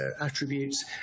attributes